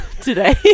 today